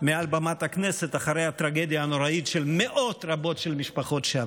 מעל במת הכנסת אחרי הטרגדיה הנוראית של מאות רבות של משפחות.